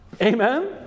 Amen